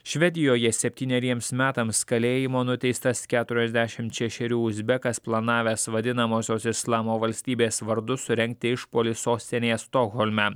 švedijoje septyneriems metams kalėjimo nuteistas keturiasdešim šešerių uzbekas planavęs vadinamosios islamo valstybės vardu surengti išpuolį sostinėje stokholme